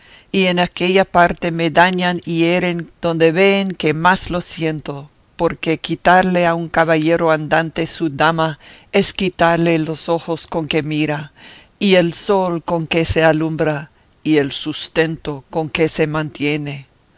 y en aquella parte me dañan y hieren donde veen que más lo siento porque quitarle a un caballero andante su dama es quitarle los ojos con que mira y el sol con que se alumbra y el sustento con que se mantiene